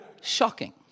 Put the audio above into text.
shocking